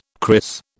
Chris